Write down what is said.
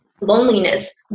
Loneliness